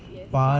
yes